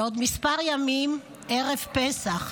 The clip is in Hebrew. בעוד כמה ימים ערב פסח,